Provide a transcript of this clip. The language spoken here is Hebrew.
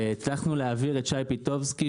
הצלחנו להעביר את שי פיטובסקי,